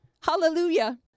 Hallelujah